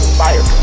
fire